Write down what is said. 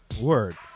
Word